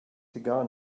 cigar